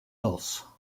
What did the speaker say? else